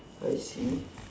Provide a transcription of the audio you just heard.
I see